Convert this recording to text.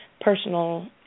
personal